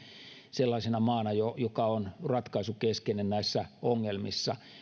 sellaisena maana joka on ratkaisukeskeinen näissä ongelmissa